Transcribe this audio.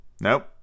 Nope